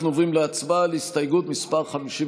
הם כנראה מצפים לחזרתך.